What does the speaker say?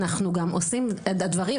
אנחנו גם עושים את הדברים,